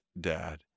dad